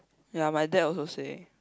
ya my dad also say